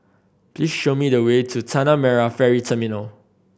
please show me the way to Tanah Merah Ferry Terminal